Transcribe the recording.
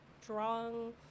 strong